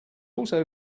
also